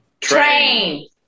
Train